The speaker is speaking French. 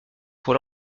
pour